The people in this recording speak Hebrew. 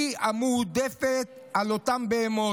היא המועדפת על אותן בהמות,